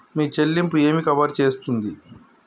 మీ చెల్లింపు ఏమి కవర్ చేస్తుంది?